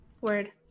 Word